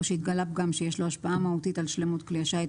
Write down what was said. שהתגלה פגם שיש לו השפעה מהותית על שלמות כלי השיט,